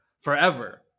forever